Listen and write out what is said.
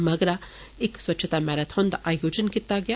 मगरा इक स्वच्छता मैराथन दा आयोजन कीता गेआ